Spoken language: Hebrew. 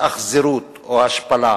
התאכזרות או השפלה,